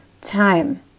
time